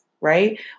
Right